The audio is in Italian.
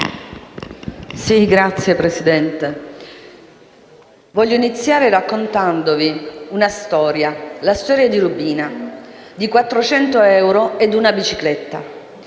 Signor Presidente, voglio iniziare raccontandovi una storia, quella di Rubina, di 400 euro e di una bicicletta.